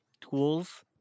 tools